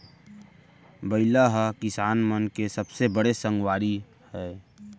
बइला ह किसान मन के सबले बड़े संगवारी हय